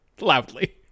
Loudly